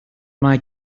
mae